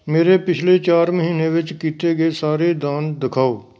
ਮੇਰੇ ਪਿਛਲੇ ਚਾਰ ਮਹੀਨੇ ਵਿੱਚ ਕੀਤੇ ਗਏ ਸਾਰੇ ਦਾਨ ਦਿਖਾਓ